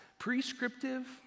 Prescriptive